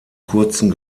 kurzen